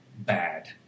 bad